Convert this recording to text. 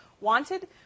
wanted